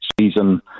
season